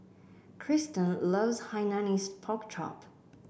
Christen loves Hainanese Pork Chop